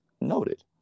noted